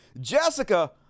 Jessica